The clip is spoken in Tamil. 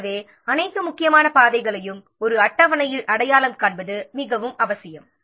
எனவே அனைத்து முக்கியமான பாதைகளையும் ஒரு அட்டவணையில் அடையாளம் காண்பது மிகவும் அவசியம்